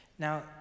Now